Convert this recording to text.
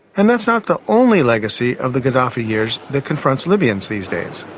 and that's not the only legacy of the gaddafi years that confronts libyans these days.